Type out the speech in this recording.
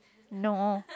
no